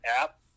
app